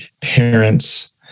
parents